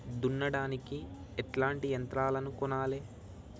దున్నడానికి ఎట్లాంటి యంత్రాలను కొనాలే?